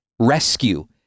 rescue